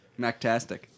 MacTastic